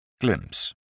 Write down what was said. Glimpse